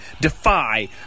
Defy